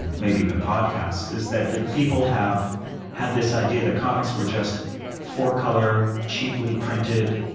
maybe even podcasts, is that people have had this idea that comics were just four color, cheaply printed,